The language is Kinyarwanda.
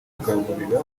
kugaburira